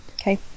okay